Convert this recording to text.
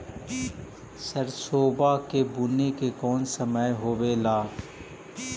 सरसोबा के बुने के कौन समय होबे ला?